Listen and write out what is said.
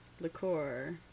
liqueur